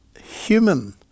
human